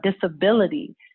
disability